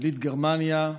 יליד גרמניה,